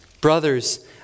Brothers